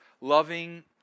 loving